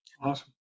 Awesome